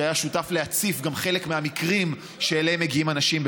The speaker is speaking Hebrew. שהיה שותף והציף גם חלק מהמקרים שאליהם מגיעים אנשים,